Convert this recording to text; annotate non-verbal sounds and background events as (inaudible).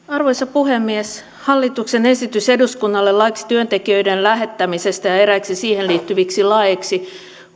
(unintelligible) arvoisa puhemies hallituksen esitys eduskunnalle laiksi työntekijöiden lähettämisestä ja eräiksi siihen liittyviksi laeiksi